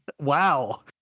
Wow